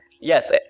Yes